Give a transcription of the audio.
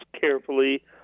carefully